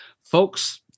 Folks